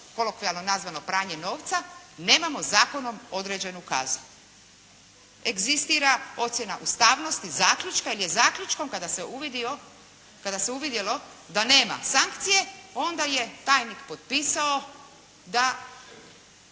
kolokvijalno nazvano pranje novca, nemamo zakonom određenu kaznu. Egzistira ocjena ustavnosti zaključka, jer je zaključkom kada se uvidjelo da nema sankcije, onda je tajnik potpisao da